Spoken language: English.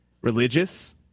religious